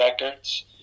Records